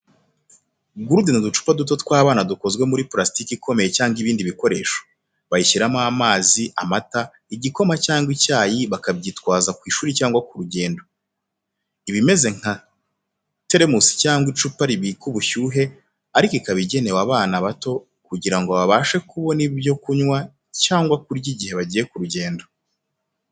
Gurude ni uducupa duto tw’abana, dukozwe muri plastic ikomeye cyangwa ibindi bikoresho, bashyiramo amazi, amata, igikoma cyangwa icyayi bakabyitwaza ku ishuri cyangwa ku rugendo. Iba imeze nka telemusi cyangwa icupa ribika ubushyuhe, ariko ikaba igenewe abana bato kugira ngo babashe kubona ibyo kunywa cyangwa kurya igihe bagiye kure y’urugo.